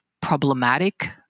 problematic